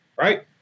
right